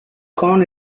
corn